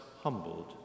humbled